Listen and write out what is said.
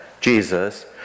Jesus